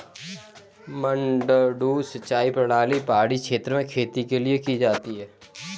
मडडू सिंचाई प्रणाली पहाड़ी क्षेत्र में खेती के लिए की जाती है